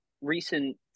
recent